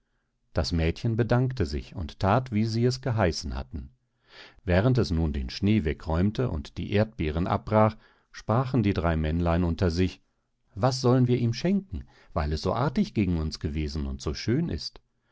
das mädchen bedankte sich und that wie sie es geheißen hatten während es nun den schnee wegräumte und die erdbeeren abbrach sprachen die drei männlein unter sich was sollen wir ihm schenken weil es so artig gegen uns gewesen und so schön ist